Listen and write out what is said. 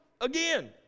again